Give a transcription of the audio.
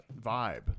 Vibe